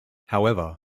however